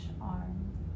arm